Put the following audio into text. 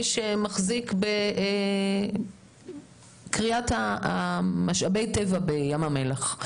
שמחזיק בזכות לכריית משאבי הטבע מים המלח.